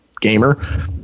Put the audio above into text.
gamer